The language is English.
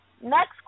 Next